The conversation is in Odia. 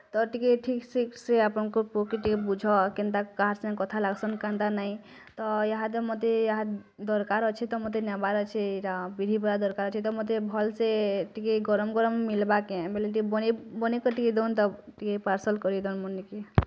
ତ ଟିକେ ଠିକ୍ ସେ ସେ ଆପଣଙ୍କ ପୁଅ କୁ ଟିକେ ବୁଝା କେନ୍ତା କାହାରି ସାଙ୍ଗରେ ଲାଗସନ୍ କେନ୍ତା ନେହିଁ ତ ୟାଧେ ମୋତେ ୟା ଦରକାର୍ ଅଛି ତ ମୋତେ ନେବାର୍ ଅଛି ରା ବିରିହିଁବରା ଦରକାର୍ ଅଛି ତ ମୋତେ ଭଲ୍ ସେ ଟିକେ ଗରମ୍ ଗରମ୍ ମିଲବା କେ ବଇଁଲେ ଟିକେ ବନେଇ କରି ଟିକେ ଦିଅନ୍ତୁ ଟିକେ ପାର୍ସଲ୍ କରିଦିଆନ୍ତୁ ମୁଁ ନେବି